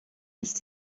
ist